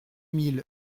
mille